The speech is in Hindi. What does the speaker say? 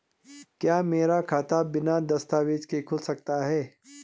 क्या मेरा खाता बिना दस्तावेज़ों के खुल सकता है?